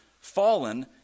fallen